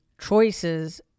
choices